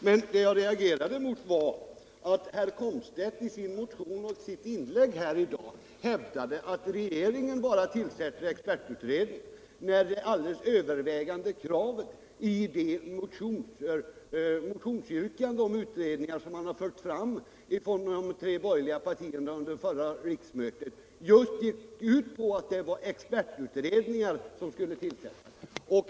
Men det jag reagerade mot var att herr Komstedt i sin motion och i sitt inlägg här i dag hävdade att den socialdemokratiska regeringen bara tillsatte expertutredningar, när det alldeles övervägande kravet i de motionsyrkanden om utredningar som de tre borgerliga partierna förde fram under förra riksmötet just gick ut på att expertutredningar skulle tillsättas.